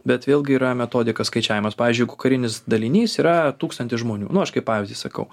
bet vėlgi yra metodika skaičiavimas pavyzdžiui karinis dalinys yra tūkstantis žmonių nu aš kaip pavyzdį sakau